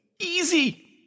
easy